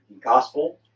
gospel